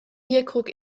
bierkrug